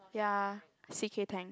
ya C_K-Tang